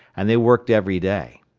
and they worked every day.